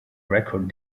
record